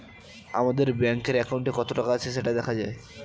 আমাদের ব্যাঙ্কের অ্যাকাউন্টে কত টাকা আছে সেটা দেখা যায়